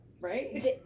Right